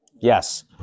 Yes